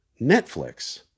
Netflix